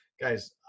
Guys